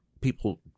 people